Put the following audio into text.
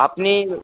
আপনি